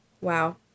Wow